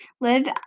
live